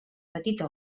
petita